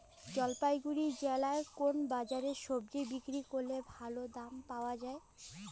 জলপাইগুড়ি জেলায় কোন বাজারে সবজি বিক্রি করলে ভালো দাম পাওয়া যায়?